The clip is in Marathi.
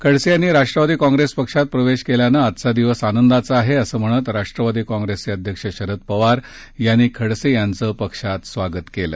खडसे यांनी राष्ट्रवादी काँग्रेस पक्षात प्रवेश केल्यानं आजचा दिवस आनंदाचा आहे असं म्हणत राष्ट्रवादी काँप्रेसचे अध्यक्ष शरद पवार यांनी खडसे यांचं पक्षात स्वागत केलं